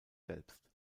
selbst